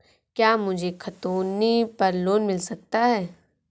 क्या मुझे खतौनी पर लोन मिल सकता है?